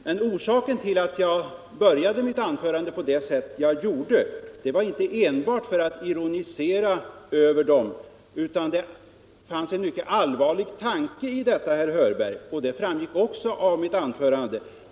Men det var inte enbart för att ironisera över dessa motioner som jag började mitt anförande på det sättet, utan det fanns en mycket allvarlig tanke bakom det, och den framgick också av mitt anförande.